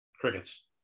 Crickets